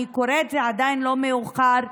אני קוראת: זה עדיין לא מאוחר.